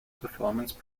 performance